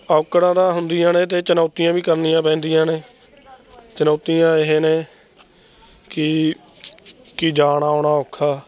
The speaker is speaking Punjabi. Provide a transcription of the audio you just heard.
ਔਕੜਾਂ ਤਾਂ ਹੁੰਦੀਆਂ ਨੇ ਅਤੇ ਚੁਣੌਤੀਆਂ ਵੀ ਕਰਨੀਆਂ ਪੈਂਦੀਆਂ ਨੇ ਚੁਣੌਤੀਆਂ ਇਹ ਨੇ ਕਿ ਕਿ ਜਾਣਾ ਆਉਣਾ ਔਖਾ